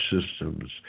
systems